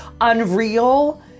unreal